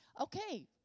Okay